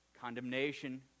condemnation